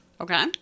Okay